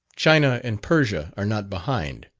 china and persia are not behind.